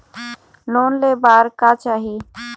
Loan ले बार का चाही?